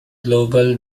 global